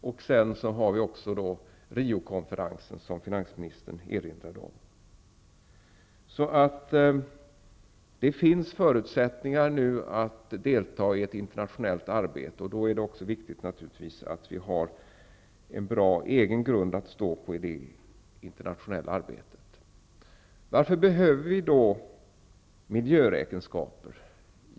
Sedan kommer också Riokonferensen, som finansministern erinrade om. Det finns alltså nu förutsättningar att delta i ett internationellt arbete, och det är då naturligtvis viktigt att vi har en bra egen grund att stå på. Varför behöver vi då miljöräkenskaper?